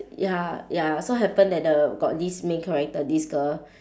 ya ya so happen that the got this main character this girl